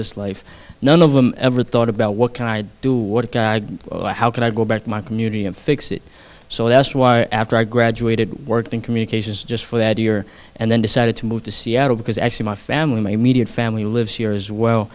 this life none of them ever thought about what can i do how can i go back to my community and fix it so that's why after i graduated worked in communications just for that year and then decided to move to seattle because i see my family my immediate family lives here as well